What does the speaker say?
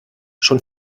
schon